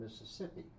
Mississippi